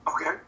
Okay